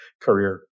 career